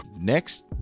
next